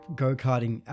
go-karting